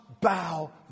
bow